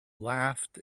laughed